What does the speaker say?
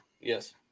Yes